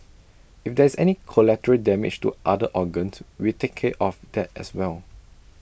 if there is any collateral damage to other organs we take care of that as well